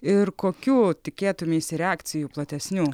ir kokių tikėtumeisi reakcijų platesnių